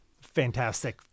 fantastic